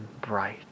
bright